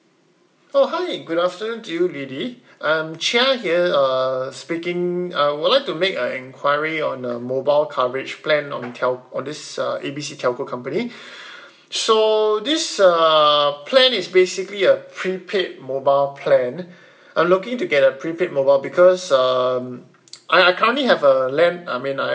oh hi good afternoon to you lily I'm chia here uh speaking I would to make a enquiry on the mobile coverage plan on tel~ on this uh A B C telco company so this uh plan is basically a prepaid mobile plan I'm looking to get a prepaid mobile because um I I currently have a land I mean I